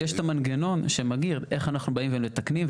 יש את המנגנון שמגדיר איך אנחנו באים ומתקנים,